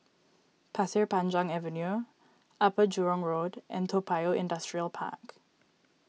Pasir Panjang Avenue Upper Jurong Road and Toa Payoh Industrial Park